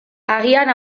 agian